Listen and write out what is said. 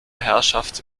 herrschaft